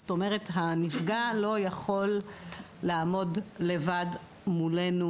זאת אומרת הנפגע לא יכול לעמוד לבד מולנו,